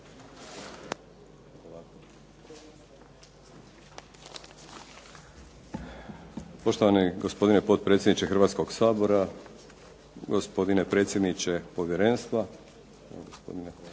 Poštovani gospodine potpredsjedniče Hrvatskoga sabora, gospodine potpredsjedniče Povjerenstva za